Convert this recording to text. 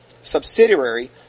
subsidiary